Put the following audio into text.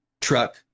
truck